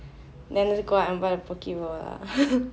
then just go out and buy the poke bowl lah